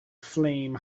flame